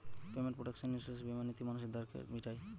payment protection insurance বীমা নীতি মানুষের ধারকে মিটায়